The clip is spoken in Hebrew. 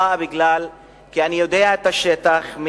באה בגלל שאני מכיר את השטח,